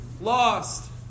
Lost